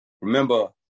Remember